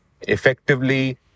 effectively